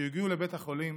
כשהגיעו לבית החולים